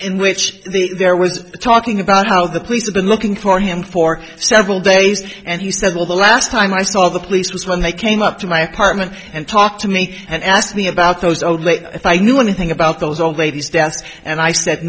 in which there was talking about how the police have been looking for him for several days and he said well the last time i saw the police was when they came up to my apartment and talked to me and asked me about those only if i knew anything about those old ladies deaths and i said